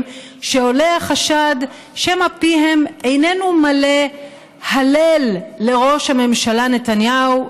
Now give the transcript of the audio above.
שעולה החשד שמא פיהם איננו מלא הלל לראש הממשלה נתניהו,